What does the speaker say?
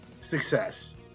success